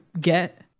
get